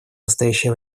настоящее